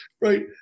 Right